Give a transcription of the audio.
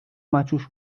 maciuś